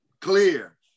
Clear